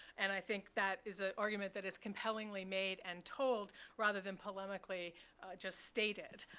and i think that is an argument that is compellingly made and told rather than polemically just stated,